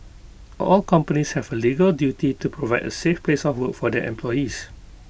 all companies have A legal duty to provide A safe place of work for their employees